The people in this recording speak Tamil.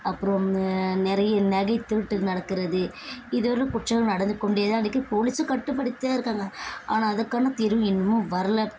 அப்புறம் நிறைய நகை திருட்டு நடக்கின்றது இதுவரையிலும் குற்றங்கள் நடந்து கொண்டே தான் இருக்குது போலீஸும் கட்டுப்படுத்தி தான் இருக்காங்க ஆனால் அதற்கான தீர்வு இன்னமும் வரல